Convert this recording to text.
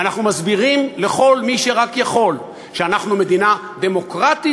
ואנחנו מסבירים לכל מי שרק יכול שאנחנו מדינה דמוקרטית-יהודית,